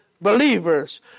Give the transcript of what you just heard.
believers